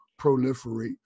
proliferate